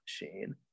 machine